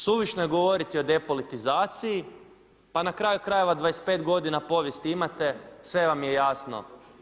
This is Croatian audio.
Suvišno je govoriti o depolitizaciji, pa na kraju krajeva 25 godina povijesti imate sve vam je jasno.